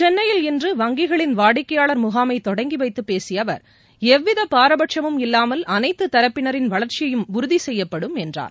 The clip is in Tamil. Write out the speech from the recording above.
சென்னையில் இன்று வங்கிகளின் வாடிக்கையாளர் முகாமை தொடங்கி வைத்தப் பேசிய அவர் எவ்வித பாரபட்சமும் இல்லாமல் அனைத்து தரப்பினரின் வளர்ச்சியையும் உறுதி செய்யப்படும் என்றார்